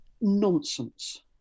nonsense